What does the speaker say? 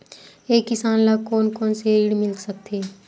एक किसान ल कोन कोन से ऋण मिल सकथे?